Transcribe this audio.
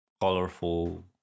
colorful